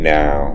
now